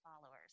followers